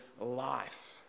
life